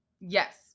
Yes